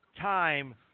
time